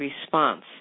response